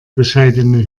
bescheidene